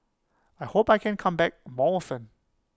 I hope that I can come back more often